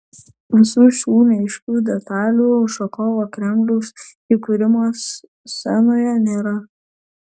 visų šių neaiškių detalių ušakovo kremliaus įkūrimo scenoje nėra